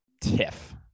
tiff